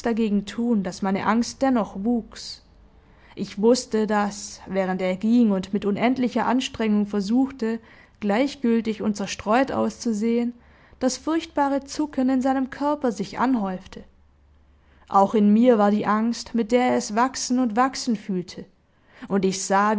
dagegen tun daß meine angst dennoch wuchs ich wußte daß während er ging und mit unendlicher anstrengung versuchte gleichgültig und zerstreut auszusehen das furchtbare zucken in seinem körper sich anhäufte auch in mir war die angst mit der er es wachsen und wachsen fühlte und ich sah